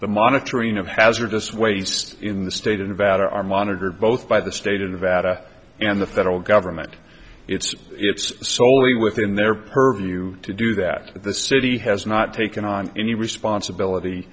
the monitoring of hazardous waste in the state of nevada are monitored both by the state of nevada and the federal government it's it's soley within their purview to do that the city has not taken on any responsibility